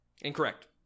Incorrect